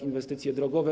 inwestycje drogowe.